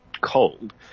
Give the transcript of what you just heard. cold